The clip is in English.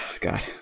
God